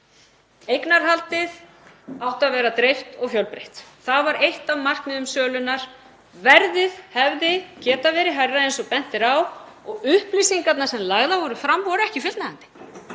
eignarhaldið átti að vera dreift og fjölbreytt. Það var eitt af markmiðum sölunnar. Verðið hefði getað verið hærra eins og bent er á og upplýsingarnar sem lagðar voru fram voru ekki fullnægjandi.